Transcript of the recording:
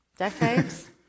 Decades